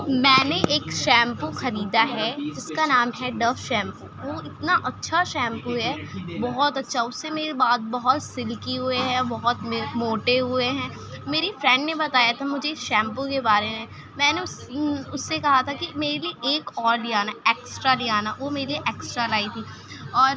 میں نے ایک شیمپو خریدا ہے جس کا نام ہے ڈو شیمپو وہ اتنا اچھا شیمپو ہے بہت اچّھا اس سے میرے بال بہت سلکی ہوئے ہیں بہت میرے ہوئے ہیں میری فرینڈ نے بتایا تھا مجھے اس شیمپو کے بارے میں میں نے اس اس سے کہا تھا کہ میری لیے ایک اور لیے آنا ایکسٹرا لیے آنا وہ میرے لیے ایکسٹرا لائی تھی اور